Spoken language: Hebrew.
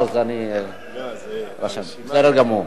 בסדר גמור.